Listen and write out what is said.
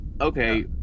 okay